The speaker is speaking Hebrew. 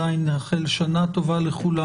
שנה טובה לכולם.